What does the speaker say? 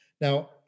Now